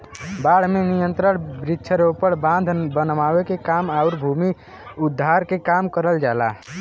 बाढ़ पे नियंत्रण वृक्षारोपण, बांध बनावे के काम आउर भूमि उद्धार के काम करल जाला